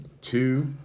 two